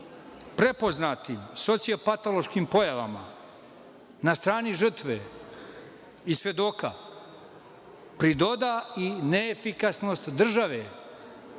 prepoznatim socio-patološkim pojavama, na strani žrtve i svedoka, pridoda i neefikasnost države